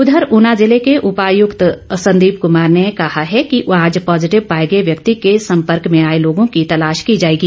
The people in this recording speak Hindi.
उधर ऊना ज़िले के उपायुक्त संदीप कुमार ने कहा है कि आज पॉजिटिव पाए गए व्यक्ति के सम्पर्क में आए लोगों की तलाश की जाएगी